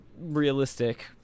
realistic